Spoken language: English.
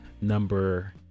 number